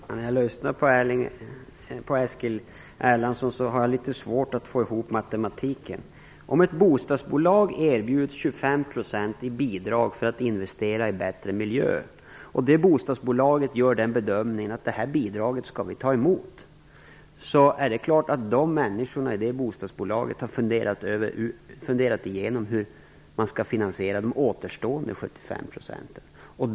Herr talman! Jag har lyssnat på Eskil Erlandsson, men jag har litet svårt att få det här att matematiskt gå ihop. Om ett bostadsbolag erbjuds ett 25-procentigt bidrag för investering i en bättre miljö och bostadsbolaget gör bedömningen att bidraget skall tas emot, är det klart att personerna i det bostadsbolaget har funderat över hur de återstående 75 procenten skall finansieras.